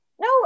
No